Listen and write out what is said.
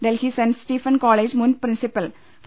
Delhi saint Stephen college മുൻ principal ഫാ